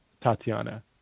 tatiana